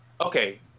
Okay